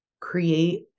Create